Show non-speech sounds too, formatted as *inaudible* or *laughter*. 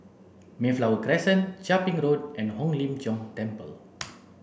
Mayflower Crescent Chia Ping Road and Hong Lim Jiong Temple *noise*